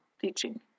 teaching